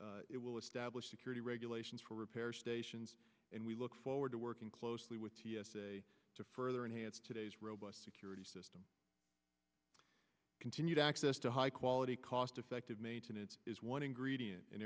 a it will establish security regulations for repair stations and we look forward to working closely with t s a to further enhance today's robust security system continued access to high quality cost effective maintenance is one ingredient in